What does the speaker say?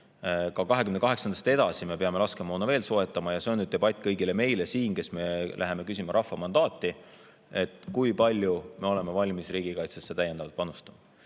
2028 edasi me peame laskemoona veel soetama. Ja see on debatiteema meile kõigile, kes me läheme küsima rahva mandaati: kui palju me oleme valmis riigikaitsesse täiendavalt panustama.